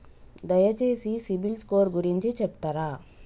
దయచేసి సిబిల్ స్కోర్ గురించి చెప్తరా?